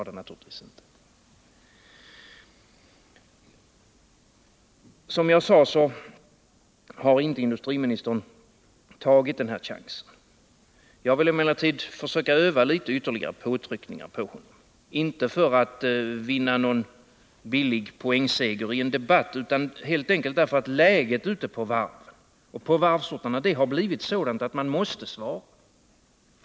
Som jag sade tidigare tog inte industriministern den här chansen. Jag vill emellertid försöka utöva påtryckningar på honom, inte för att vinna någon billig poängseger i en debatt utan helt enkelt därför att läget ute på varven har blivit sådant att man måste svara.